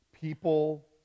people